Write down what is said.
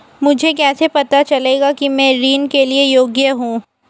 मुझे कैसे पता चलेगा कि मैं ऋण के लिए योग्य हूँ?